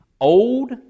old